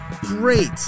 great